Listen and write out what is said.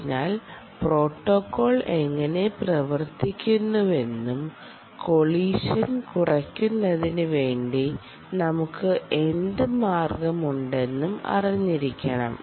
അതിനാൽ പ്രോട്ടോക്കോൾ എങ്ങനെ പ്രവർത്തിക്കുന്നുവെന്നും കൊളിഷൻ കുറയ്ക്കുന്നതിന് വേണ്ടി നമുക്ക് എന്ത് മാർഗമുണ്ടെന്നും അറിഞ്ഞിരിക്കണം